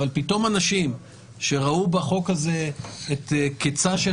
אבל פתאום אנשים שראו בחוק הזה את קיצה של